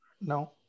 no